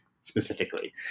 specifically